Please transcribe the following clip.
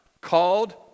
Called